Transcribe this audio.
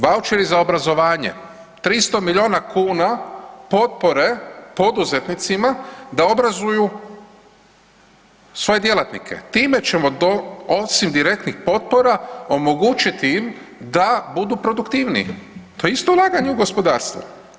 Vaučeri za obrazovanje, 300 milijuna kuna potpore poduzetnicima da obrazuju svoje djelatnike, time ćemo osim direktnih potpora omogućiti im da budu produktivniji, to je isto ulaganje u gospodarstvo.